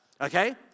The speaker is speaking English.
okay